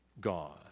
God